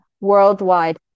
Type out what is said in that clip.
worldwide